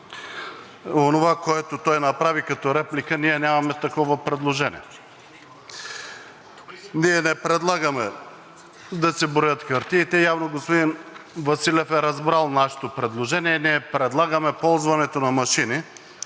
онова, което той направи като реплика. Ние нямаме такова предложение. Ние не предлагаме да се броят хартиите. Господин Василев е разбрал нашето предложение. Ние предлагаме ползването на машини,